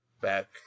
back